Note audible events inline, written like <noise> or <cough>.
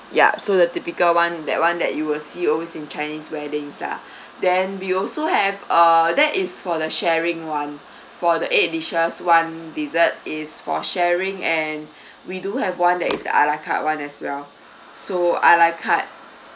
ya so the typical [one] that [one] that you will see always in chinese weddings lah <breath> then we also have uh that is for the sharing [one] for the eight dishes [one] dessert is for sharing and <breath> we do have one that is <noise> the a la carte [one] as well so a la carte